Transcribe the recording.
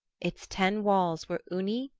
its ten walls were uni,